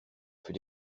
fut